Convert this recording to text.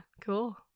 cool